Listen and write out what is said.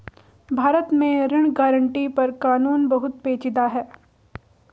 भारत में ऋण गारंटी पर कानून बहुत पेचीदा है